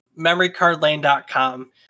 Memorycardlane.com